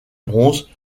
bronze